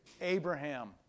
Abraham